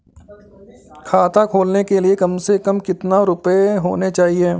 खाता खोलने के लिए कम से कम कितना रूपए होने चाहिए?